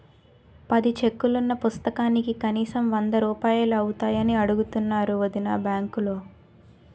పది చెక్కులున్న పుస్తకానికి కనీసం వందరూపాయలు అవుతాయని అడుగుతున్నారు వొదినా బాంకులో